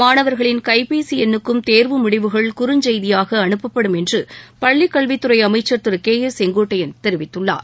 மாணவர்களின் கைபேசி எண்ணுக்கும் தேர்வு முடிவுகள் குறுஞ்செய்தியாக அனுப்பப்படும் என்று பள்ளிக் கல்வித்துறை அமைச்சர் திரு கே ஏ செங்கோட்டையன் தெரிவித்துள்ளார்